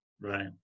Right